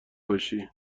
باشی